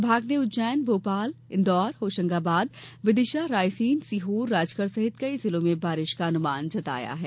विभाग ने उज्जैन भोपाल इंदौर होशंगाबाद विदिशा रायसेन सीहोर राजगढ सहित कई जिलों में बारिश का अनुमान जताया है